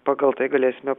pagal tai galėsime